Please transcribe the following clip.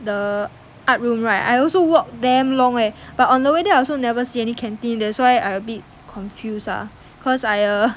the art room right I also walk damn long eh but on the way there I also never see any canteen that's why I a bit confused ah cause I err